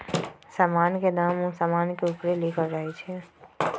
समान के दाम उ समान के ऊपरे लिखल रहइ छै